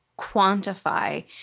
quantify